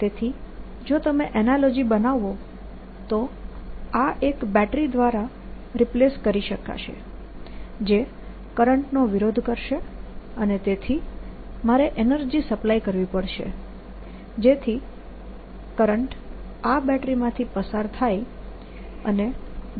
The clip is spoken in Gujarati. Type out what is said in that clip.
તેથી જો તમે એનાલોજી બનાવો તો આ એક બેટરી દ્વારા રિપ્લેસ કરી શકાશે જે કરંટનો વિરોધ કરશે અને તેથી મારે એનર્જી સપ્લાય કરવી પડશે જેથી કરંટ આ બેટરી માંથી પસાર થાય